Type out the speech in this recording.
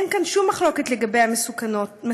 אין כאן שום מחלוקת לגבי המסוכנות,